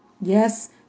Yes